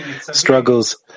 struggles